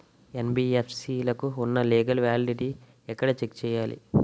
NBFC లకు ఉన్నా legal validity ఎక్కడ చెక్ చేయాలి?